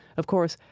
of course,